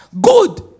Good